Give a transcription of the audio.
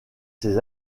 ses